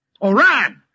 Oran